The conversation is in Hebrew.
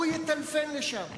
הוא יטלפן לשם.